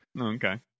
Okay